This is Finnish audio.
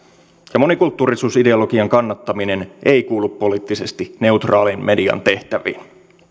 ja monikulttuurisuusideologian kannattaminen ei kuulu poliittisesti neutraalin median tehtäviin